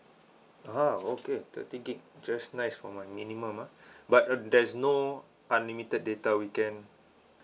ah okay thirty gig just nice for my minimum ah but uh there's no unlimited data weekend